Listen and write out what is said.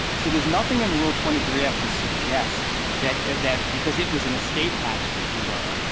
so there's nothing in rule twenty three f to suggest that that because it was an escape hatch, if you were,